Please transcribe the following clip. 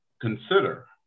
consider